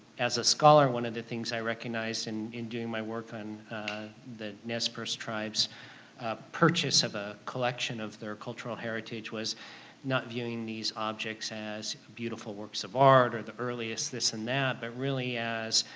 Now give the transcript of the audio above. as a scholar one of the things i recognized and in doing my work on the nez perce tribe's purchase of a collection of their cultural heritage was not viewing these objects as beautiful works of art or the earliest this and that but really as